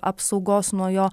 apsaugos nuo jo